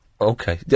Okay